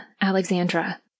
Alexandra